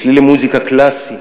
לצלילי מוזיקה קלאסית,